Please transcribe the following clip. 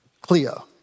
Cleo